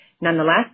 Nonetheless